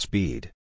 Speed